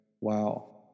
wow